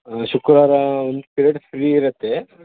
ಶುಕ್ರವಾರ ಒಂದು period free ಇರತ್ತೆ